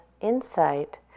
insight